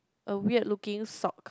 a weird looking socks